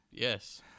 yes